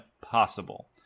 possible